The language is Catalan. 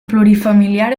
plurifamiliar